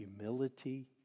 humility